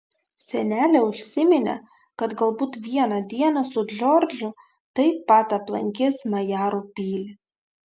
senelė užsiminė kad galbūt vieną dieną su džordžu taip pat aplankys majarų pilį